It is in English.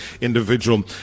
individual